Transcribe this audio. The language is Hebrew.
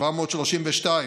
732,